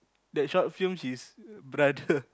the short film is brother